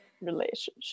relationship